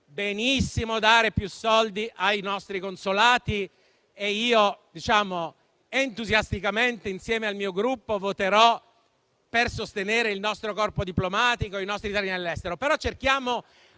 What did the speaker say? benissimo, allora, dare più soldi ai nostri consolati, tant'è che io, entusiasticamente, insieme al mio Gruppo, voterò per sostenere il nostro corpo diplomatico, i nostri italiani all'estero, ma cerchiamo